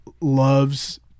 loves